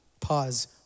Pause